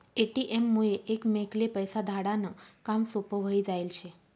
ATM मुये एकमेकले पैसा धाडा नं काम सोपं व्हयी जायेल शे